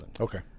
Okay